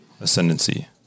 ascendancy